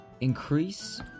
increase